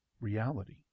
reality